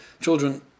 children